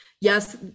yes